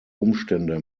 umstände